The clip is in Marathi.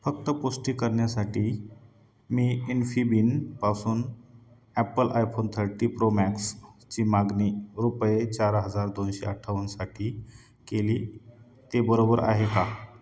फक्त पुष्टी करण्यासाठी मी इनफिबिनपासून ॲप्पल आयफोन थर्टी प्रो मॅक्सची मागणी रुपये चार हजार दोनशे अठ्ठावन्नसाठी केली ते बरोबर आहे का